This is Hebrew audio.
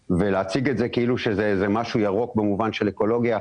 מציגים את זה כאילו שזה איזה משהו ירוק במובן של אקולוגיה.